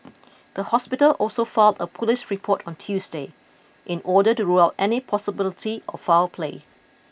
the hospital also filed a police report on Tuesday in order to rule out any possibility of foul play